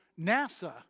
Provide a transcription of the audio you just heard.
NASA